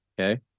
Okay